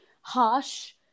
harsh